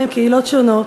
מקהילות שונות.